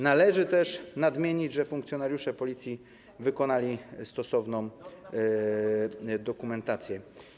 Należy też nadmienić, że funkcjonariusze Policji przygotowali stosowną dokumentację.